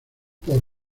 por